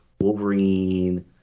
wolverine